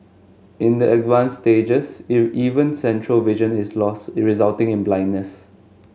in the advanced stages it even central vision is lost resulting in blindness